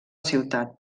ciutat